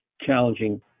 challenging